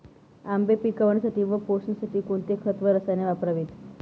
आंबे पिकवण्यासाठी व पोसण्यासाठी कोणते खत व रसायने वापरावीत?